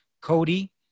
Cody